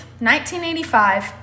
1985